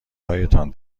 هایتان